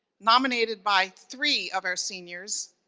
nominated by three of our seniors.